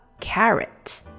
carrot